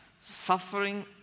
Suffering